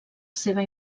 seva